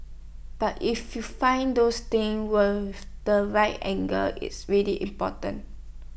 but if you find those things worth the right angle it's really important